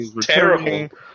terrible